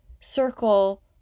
circle